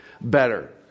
better